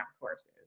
courses